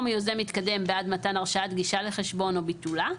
או מיוזם מתקדם בעד מתן הרשאת גישה לחשבון או ביטולה,